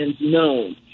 known